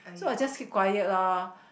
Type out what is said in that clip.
so I just keep quiet loh